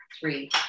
three